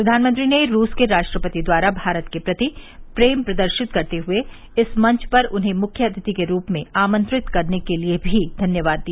प्रधानमंत्री ने रूस के राष्ट्रपति द्वारा भारत के प्रति प्रेम प्रदर्शित करते हुए इस मंच पर उन्हें मुख्य अतिथि के रूप में आमंत्रित करने के लिए धन्यवाद भी दिया